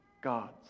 gods